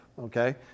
okay